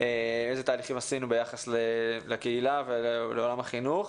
עשו ביחס לקהילה ולעולם החינוך.